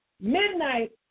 Midnight